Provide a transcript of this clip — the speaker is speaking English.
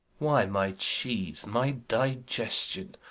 why, my cheese, my digestion,